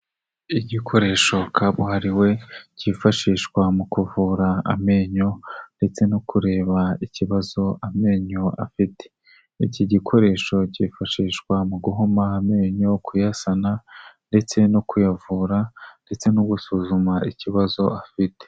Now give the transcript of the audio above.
Igikoresho kabuhariwe kifashishwa mu kuvura amenyo ndetse no kureba ikibazo amenyo afite iki gikoresho cyifashishwa mu guhoma amenyo kuyasana ndetse no kuyavura ndetse no gusuzuma ikibazo afite.